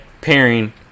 pairing